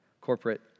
corporate